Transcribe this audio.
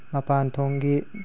ꯃꯄꯥꯟ ꯊꯣꯡꯒꯤ